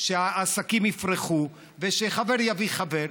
שהעסקים יפרחו ושחבר יביא חבר,